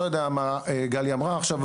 לא יודע מה גלי אמרה עכשיו,